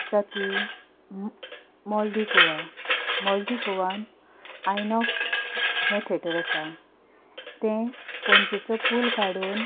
आसा तीं mall de Goa mall the गोवान आयनॉक्स हें थेटर आसा तें पणजेचो पूल काडून